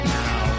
now